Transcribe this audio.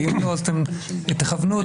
ואם לא אז תכוונו אותי.